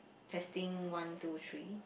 testing one two three